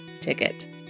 ticket